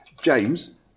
James